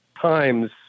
times